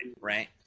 right